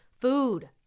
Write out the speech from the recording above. food